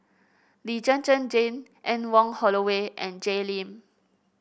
Lee Zhen Zhen Jane Anne Wong Holloway and Jay Lim